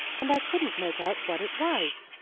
and i couldn't make out what it was,